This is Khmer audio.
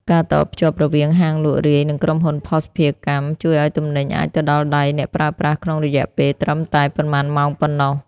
ការតភ្ជាប់រវាងហាងលក់រាយ និងក្រុមហ៊ុនភស្តុភារកម្ម ជួយឱ្យទំនិញអាចទៅដល់ដៃអ្នកប្រើប្រាស់ក្នុងរយៈពេលត្រឹមតែប៉ុន្មានម៉ោងប៉ុណ្ណោះ។